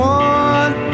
one